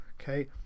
okay